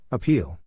Appeal